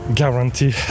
guarantee